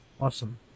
Awesome